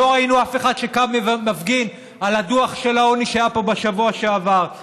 לא ראינו אף אחד שקם ומפגין על הדוח של העוני שהיה פה בשבוע שעבר,